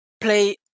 play